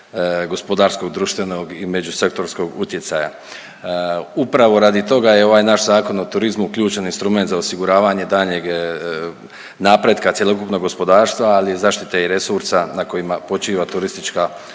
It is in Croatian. gospodarskog, društvenog i međusektorskog utjecaja. Upravo radi toga je ovaj naš Zakon o turizmu uključen instrument za osiguravanje daljnjeg napretka cjelokupnog gospodarstva, ali zaštite i resursa na kojima počiva turistička